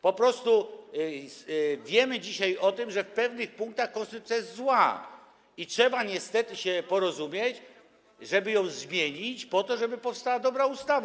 Po prostu wiemy dzisiaj, że w pewnych punktach konstytucja jest zła, i trzeba niestety się porozumieć, żeby ją zmienić, po to żeby powstała dobra ustawa.